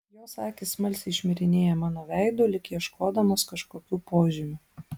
jos akys smalsiai šmirinėja mano veidu lyg ieškodamos kažkokių požymių